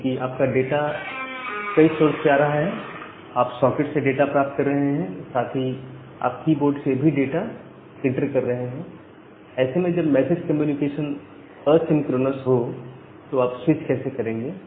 क्योंकि आपका डाटा कई स्रोत से आ रहा है आप सॉकेट से डाटा प्राप्त कर रहे हैं साथ ही आपकी बोर्ड से भी डाटा इंटर कर रहे हैं तो ऐसे में जब मैसेज कम्युनिकेशन असिंक्रोनस है तो आप स्विच कैसे करेंगे